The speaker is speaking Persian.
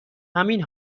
همین